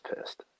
pissed